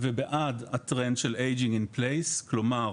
ובעד הטרנד של ageing in place כלומר,